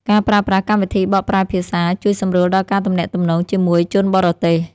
ការប្រើប្រាស់កម្មវិធីបកប្រែភាសា ជួយសម្រួលដល់ការទំនាក់ទំនងជាមួយជនបរទេស។